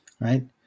right